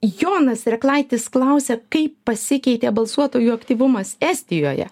jonas reklaitis klausė kaip pasikeitė balsuotojų aktyvumas estijoje